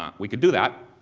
um we could do that.